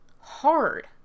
hard